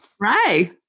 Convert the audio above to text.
Right